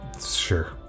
sure